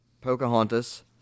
Pocahontas